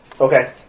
Okay